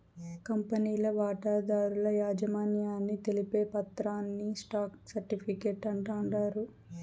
కంపెనీల వాటాదారుల యాజమాన్యాన్ని తెలిపే పత్రాని స్టాక్ సర్టిఫీకేట్ అంటాండారు